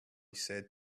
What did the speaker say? said